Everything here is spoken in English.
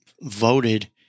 voted